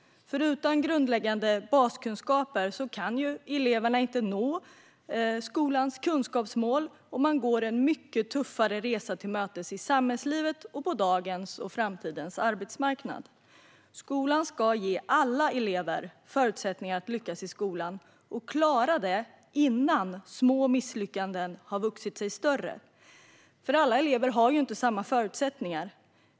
Utan grundläggande baskunskaper kan elever inte nå skolans kunskapsmål och de går då en mycket tuffare resa till mötes i samhällslivet eller på dagens och framtidens arbetsmarknad. Skolan ska ge alla elever förutsättningar att lyckas i skolan, och klara det innan små misslyckanden har vuxit sig större. Alla elever har inte samma förutsättningar.